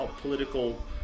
political